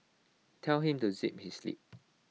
tell him to zip his lip